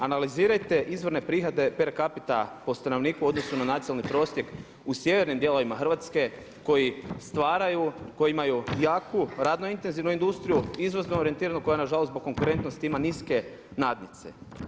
Analizirajte izvorne prihode per capita po stanovnika u odnosu na nacionalni prosjek u sjevernim dijelovima Hrvatske koji stvaraju koji imaju jaku radno intenzivnu industriju, izvozno orijentiranu koja je nažalost zbog konkurentnosti ima niske nadnice.